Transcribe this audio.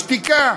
שתיקה.